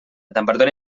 temperatura